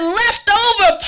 leftover